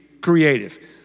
creative